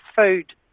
food